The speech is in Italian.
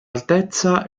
altezza